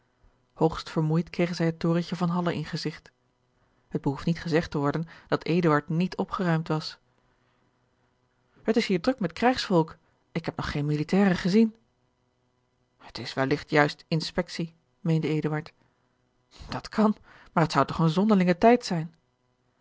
hoogst vermoeid kregen zij het torentje van halle in gezigt het behoeft niet gezegd te worden dat eduard niet opgeruimd was het is hier druk met krijgsvolk ik heb nog geene militaren gezien het is welligt juist inspectie meende eduard dat kan maar het zou toch een zonderlinge tijd zijn